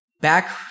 back